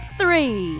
three